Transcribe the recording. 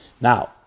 Now